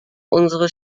unsere